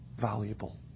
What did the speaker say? valuable